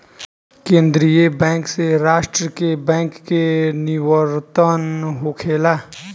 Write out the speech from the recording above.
केंद्रीय बैंक से राष्ट्र के बैंक के निवर्तन होखेला